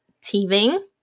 teething